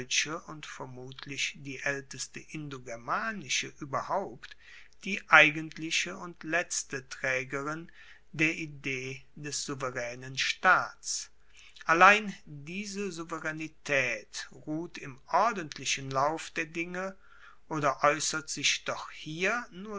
und vermutlich die aelteste indogermanische ueberhaupt die eigentliche und letzte traegerin der idee des souveraenen staats allein diese souveraenitaet ruht im ordentlichen lauf der dinge oder aeussert sich doch hier